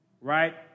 right